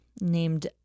named